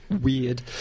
weird